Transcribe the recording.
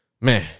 man